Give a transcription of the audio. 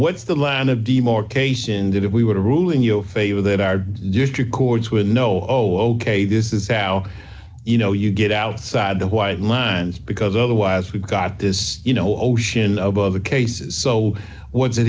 what's the land of demarcation that if we were to rule in your favor that our district courts with no oh ok this is how you know you get outside the white lines because otherwise we've got this you know ocean of other cases so